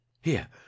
Here